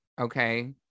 Okay